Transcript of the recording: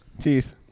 Teeth